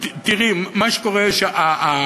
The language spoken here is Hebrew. תראי, מה שקורה זה שהמע"מ